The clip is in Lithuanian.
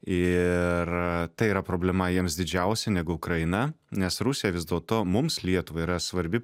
ir tai yra problema jiems didžiausia negu ukraina nes rusija vis dėlto mums lietuvai yra svarbi